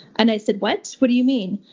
and i said, what? what do you mean?